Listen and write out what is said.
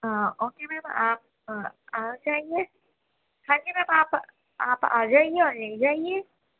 ہاں okay ma'am آپ آ جائیں گے ہاں جی میم آپ آپ آ جائیے اور لے جائیے